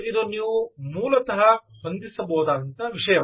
ಮತ್ತು ಇದು ನೀವು ಮೂಲತಃ ಹೊಂದಿಸಬಹುದಾದ ವಿಷಯ